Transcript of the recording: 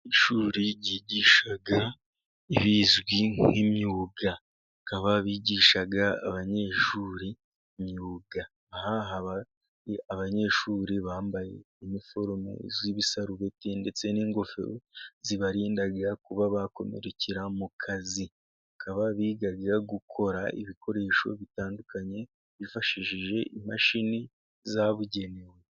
Ishuri ryigisha ibizwi nk'imyuga bakaba bigisha abanyeshuri imyuga. Aha abanyeshuri bambaye iniforume z'ibisarubeti ndetse n'ingofero zibarinda kuba bakomerekera mu kazi. Bakaba biga gukora ibikoresho bitandukanye, bifashishije imashini zabugenewe.